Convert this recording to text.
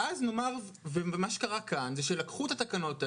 מה שקרה כאן שלקחו את התקנות האלה,